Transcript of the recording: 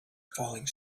falling